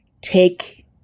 take